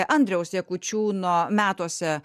andriaus jakučiūno metuose